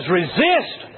resist